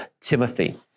Timothy